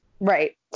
Right